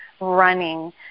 running